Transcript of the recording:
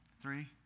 three